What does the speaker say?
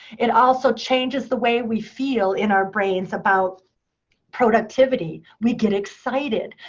it also changes the way we feel in our brains about productivity. we get excited.